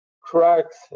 cracks